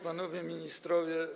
Panowie Ministrowie!